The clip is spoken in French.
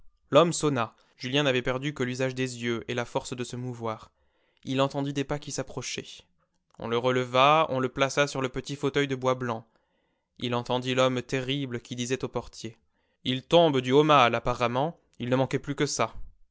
l'homme sonna julien n'avait perdu que l'usage des yeux et la force de se mouvoir il entendit des pas qui s'approchaient on le releva on le plaça sur le petit fauteuil de bois blanc il entendit l'homme terrible qui disait au portier il tombe du haut mal apparemment il ne manquait plus que ça